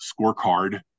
scorecard